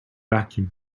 vacuum